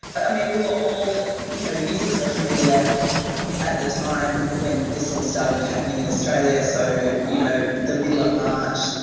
ah we were all you know using social media at the time when this all started happening in australia, so you know the middle of march,